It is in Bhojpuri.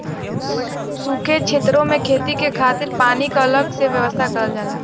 सूखे छेतरो में खेती के खातिर पानी क अलग से व्यवस्था करल जाला